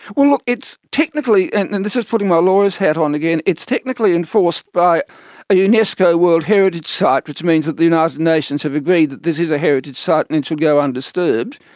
well look, it's technically, and this is putting my lawyer's hat on again, it's technically enforced by a unesco world heritage site, which means that the united nations have agreed that this is a heritage site and it should go undisturbed.